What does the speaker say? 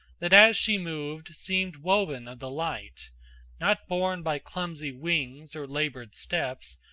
that as she moved seemed woven of the light not borne by clumsy wings, or labored steps,